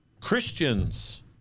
Christians